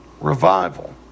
revival